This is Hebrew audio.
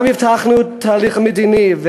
גם הבטחנו תהליך מדיני,